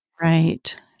Right